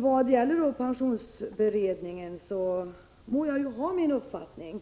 Vad gäller pensionsberedningen må jag ha min uppfattning,